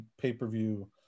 pay-per-view